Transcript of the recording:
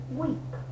week